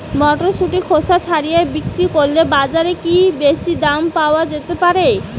মটরশুটির খোসা ছাড়িয়ে বিক্রি করলে বাজারে কী বেশী দাম পাওয়া যেতে পারে?